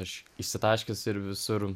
aš išsitaškęs ir visur